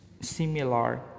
similar